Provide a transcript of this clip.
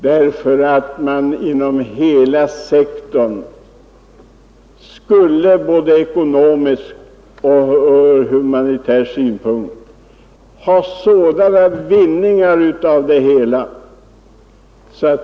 Insatser inom hela denna sektor skulle ur både ekonomisk och humanitär synpunkt ge stora vinster.